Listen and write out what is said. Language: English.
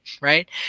right